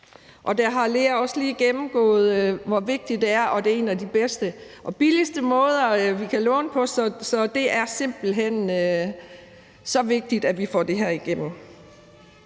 fru Lea Wermelin også lige gennemgået, hvor vigtigt det er, og at det er en af de bedste og billigste måder, vi kan låne på. Så det er simpelt hen så vigtigt, at vi får det her igennem.